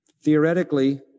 Theoretically